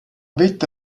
vetta